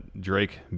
Drake